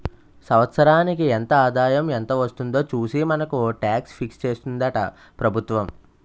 సంవత్సరానికి ఎంత ఆదాయం ఎంత వస్తుందో చూసి మనకు టాక్స్ ఫిక్స్ చేస్తుందట ప్రభుత్వం